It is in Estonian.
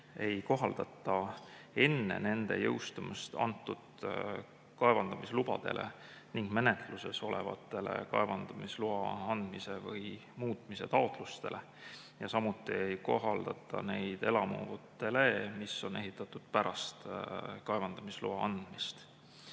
ei kohaldata enne nende jõustumist antud kaevandamislubadele ning menetluses olevatele kaevandamisloa andmise või muutmise taotlustele. Samuti ei kohaldata neid elamutele, mis on ehitatud pärast kaevandamisloa andmist.